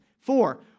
Four